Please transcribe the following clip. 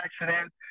accident